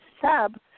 sub